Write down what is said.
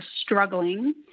struggling